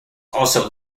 also